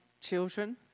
children